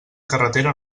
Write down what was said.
carretera